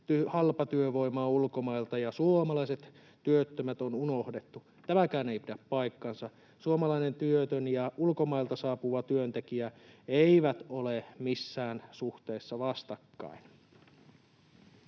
halpatyövoimaa ulkomailta ja suomalaiset työttömät on unohdettu. Tämäkään ei pidä paikkaansa. Suomalainen työtön ja ulkomailta saapuva työntekijä eivät ole missään suhteessa vastakkain.